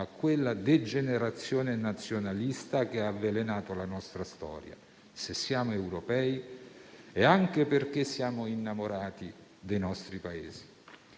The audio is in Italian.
a quella degenerazione nazionalista che ha avvelenato la nostra storia. Se siamo europei è anche perché siamo innamorati dei nostri Paesi».